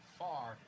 far